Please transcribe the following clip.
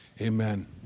amen